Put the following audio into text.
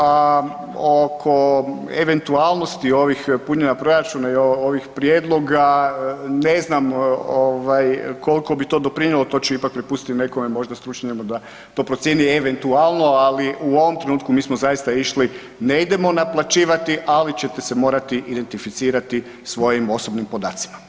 A oko eventualnosti ovih punjenja proračuna i ovih prijedloga, ne znam koliko bi to doprinijelo, to ću ipak prepustiti nekome možda stručnjaku da to procijeni, eventualno ali u ovom trenutku mi smo zaista išli ne idemo naplaćivati, ali ćete se morati identificirati svojim osobnim podacima.